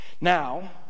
Now